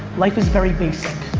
life is very basic.